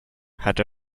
had